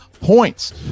points